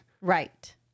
Right